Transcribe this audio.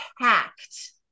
packed